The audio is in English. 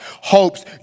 hopes